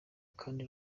kdi